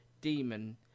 demon